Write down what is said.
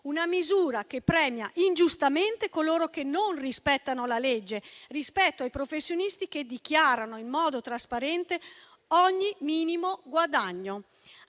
una misura che premia ingiustamente coloro che non rispettano la legge, rispetto ai professionisti che dichiarano in modo trasparente ogni minimo guadagno.